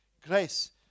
grace